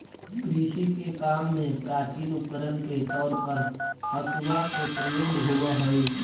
कृषि के काम में प्राचीन उपकरण के तौर पर हँसुआ के प्रयोग होवऽ हई